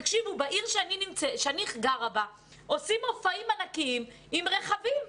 בעיר שאני גרה בה עושים מופעים ענקים עם רכבים.